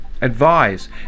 advise